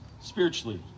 spiritually